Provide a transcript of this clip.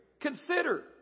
Consider